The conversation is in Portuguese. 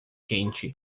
quente